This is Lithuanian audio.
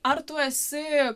ar tu esi